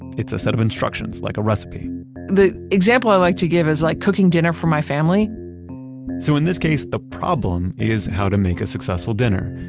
it's a set of instructions, like a recipe the example i like to give is like cooking dinner for my family so in this case, the problem is how to make a successful dinner.